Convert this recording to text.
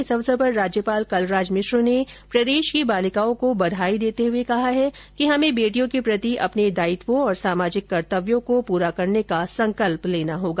इस अवसर पर राज्यपाल कलराज मिश्र ने प्रदेश की बालिकाओं को बधाई देते हुए कहा है कि हमें बेटियों के प्रति अपने दायित्वों और सामाजिक कर्तव्यों को पूरा करने का संकल्प लेना होगा